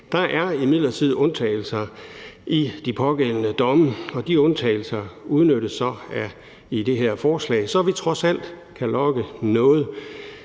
Der er imidlertid undtagelser i de pågældende domme, og de undtagelser udnyttes så i det her forslag, så vi trods alt kan logge noget.